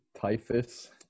typhus